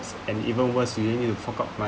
and even worse you need to fork out